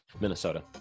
Minnesota